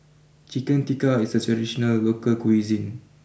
Chicken Tikka is a traditional local cuisine